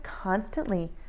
constantly